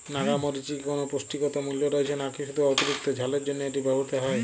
নাগা মরিচে কি কোনো পুষ্টিগত মূল্য রয়েছে নাকি শুধু অতিরিক্ত ঝালের জন্য এটি ব্যবহৃত হয়?